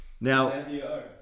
Now